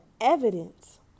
evidence